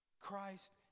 Christ